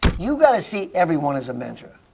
you've got to see everyone as a mentor.